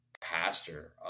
pastor